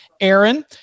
Aaron